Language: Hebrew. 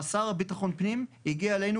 השר לביטחון פנים הגיע אלינו,